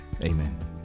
amen